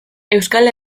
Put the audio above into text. euskal